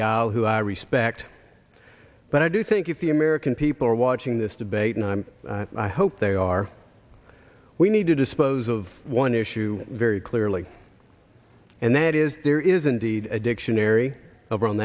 who i respect but i do think if the american people are watching this debate and i'm i hope they are we need to dispose of one issue very clearly and that is there is indeed a dictionary over on